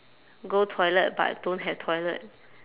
go toilet but don't have toilet